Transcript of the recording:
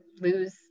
lose